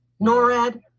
NORAD